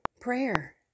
prayer